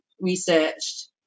researched